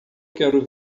quero